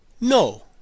No